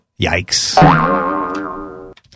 Yikes